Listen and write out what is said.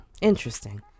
interesting